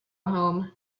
home